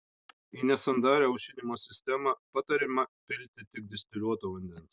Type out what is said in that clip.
į nesandarią aušinimo sistemą patariama pilti tik distiliuoto vandens